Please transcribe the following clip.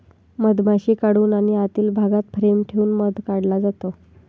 मधमाशी काढून आणि आतील भागात फ्रेम ठेवून मध काढला जातो